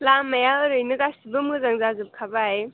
लामाया ओरैनो गासिबो मोजां जाजोबखाबाय